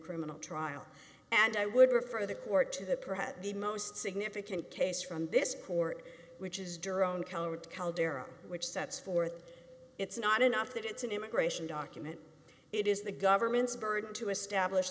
criminal trial and i would refer the court to the perhaps the most significant case from this court which is drone colored caldera which sets forth it's not enough that it's an immigration document it is the government's burden to establish